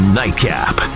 nightcap